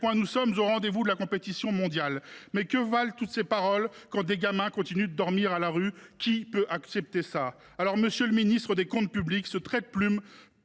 nous sommes au rendez vous de la compétition mondiale. Mais que valent toutes ces paroles quand des gamins continuent de dormir à la rue ? Qui peut accepter cela ? Monsieur le ministre délégué chargé des comptes publics, ce trait de plume